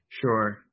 Sure